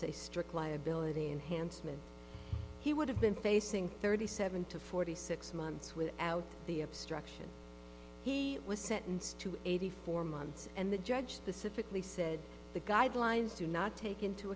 a strict liability and handsome and he would have been facing thirty seven to forty six months without the obstruction he was sentenced to eighty four months and the judge the sufficiently said the guidelines do not take into